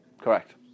Correct